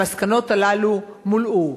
המסקנות הללו מולאו.